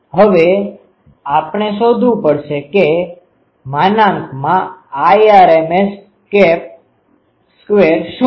હવે આપણે શોધવુ પડશે કે Irms2 શું છે